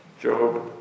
Job